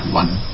one